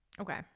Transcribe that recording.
okay